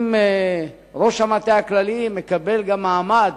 אם ראש המטה הכללי מקבל גם מעמד